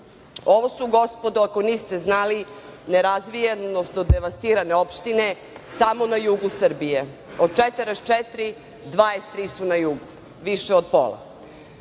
ovo su, gospodo, ako niste znali, nerazvijene, odnosno devastirane opštine samo nas jugu Srbije. Od 44 ukupno, 23 su na jugu, više od pola. Da